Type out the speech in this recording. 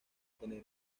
tener